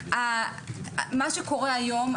מה שקורה היום,